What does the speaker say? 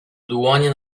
dłonie